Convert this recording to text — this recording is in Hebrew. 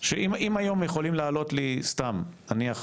שאם היום יכולים לעלות לי, סתם, נניח